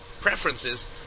preferences